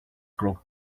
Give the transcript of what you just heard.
grow